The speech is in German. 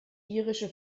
irische